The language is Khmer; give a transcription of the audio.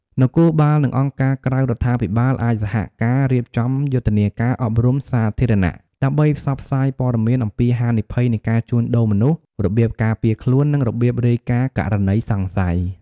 នគរបាល និងអង្គការក្រៅរដ្ឋាភិបាលអាចសហការរៀបចំយុទ្ធនាការអប់រំសាធារណៈ ដើម្បីផ្សព្វផ្សាយព័ត៌មានអំពីហានិភ័យនៃការជួញដូរមនុស្ស របៀបការពារខ្លួន និងរបៀបរាយការណ៍ករណីសង្ស័យ។